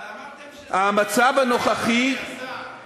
אבל אמרתם, אדוני השר, לשדרג את ההסדר.